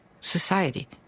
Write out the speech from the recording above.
society